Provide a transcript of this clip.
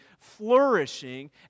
flourishing